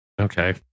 Okay